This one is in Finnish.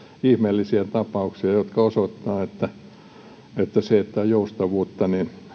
ihmeellisiä tapauksia jotka osoittavat että se että on joustavuutta